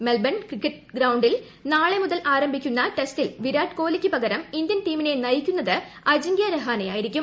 Melbourne cricket ഗ്രൌണ്ടിൽ നാളെ മുതൽ ആരംഭിക്കുന്ന ടെസ്റ്റിൽ വിരാട് കോലിക്ക് പകരം ഇന്ത്യൻ ടീമിനെ നയിക്കുന്നത് അജിങ്കൃ രഹാനെ ആയിരിക്കും